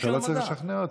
אתה לא צריך לשכנע אותי.